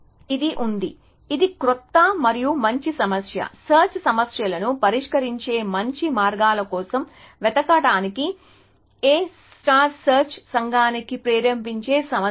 ఇది ఉంది ఇది క్రొత్త మరియు మంచి సమస్య సెర్చ్ సమస్యలను పరిష్కరించే మంచి మార్గాల కోసం వెతకడానికి A I సెర్చ్ సంఘానికి ప్రేరేపించే సమస్య